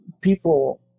people